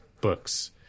books